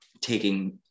taking